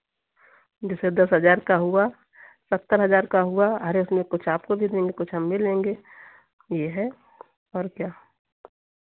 जैसे दस हज़ार का हुआ सत्तर हज़ार का हुआ अरे उसमें कुछ आपको भी देंगे कुछ हम भी लेंगे ये है और क्या